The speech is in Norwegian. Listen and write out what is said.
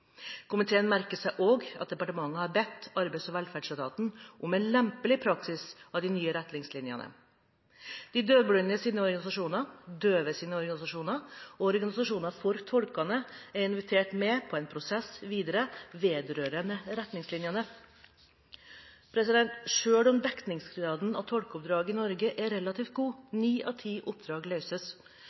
Komiteen merker seg også at departementet har bedt Arbeids- og velferdsetaten om en lempelig praksis av de nye retningslinjene. De døvblindes organisasjoner, døves organisasjoner og organisasjonene for tolkene er invitert med på en prosess videre vedrørende retningslinjene. Selv om dekningsgraden av tolkeoppdrag i Norge er relativt god, ni av ti oppdrag løses,